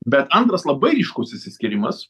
bet antras labai aiškus išsiskyrimas